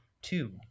Two